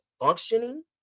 functioning